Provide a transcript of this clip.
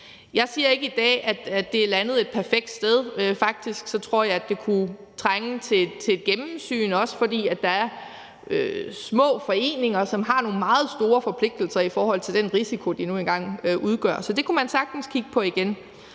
Jeg siger ikke i dag, at det er landet et perfekt sted; faktisk tror jeg, det kunne trænge til et gennemsyn, også fordi der er små foreninger, som har nogle meget store forpligtelser i forhold til den risiko, de nu engang udgør. Så det kunne man sagtens kigge på igen.